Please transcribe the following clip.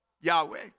Yahweh